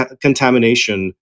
contamination